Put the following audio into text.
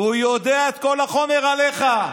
הוא יודע את כל החומר עליך,